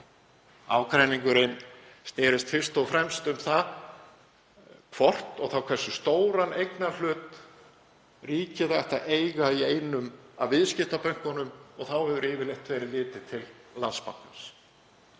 ágreiningurinn snerist fyrst og fremst um það hvort og þá hversu stóran eignarhlut ríkið ætti að eiga í einum af viðskiptabönkunum og þá hefur yfirleitt verið litið til Landsbankans.